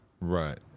Right